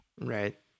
Right